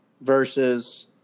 versus –